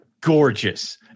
gorgeous